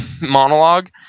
monologue